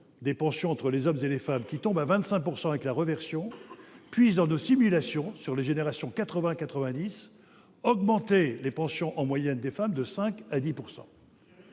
des pensions entre les hommes et les femmes, qui tombe à 25 % avec la réversion, puisse, dans nos simulations, sur les générations 80-90, augmenter les pensions en moyenne des femmes de 5 % à 10 %.